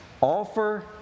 Offer